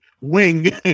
wing